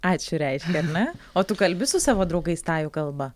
ačiū reiškia ar ne o tu kalbi su savo draugais tajų kalba